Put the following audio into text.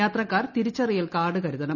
യാത്രക്കാർ തിരിച്ചറിയൽ കാർഡ് കരുതണം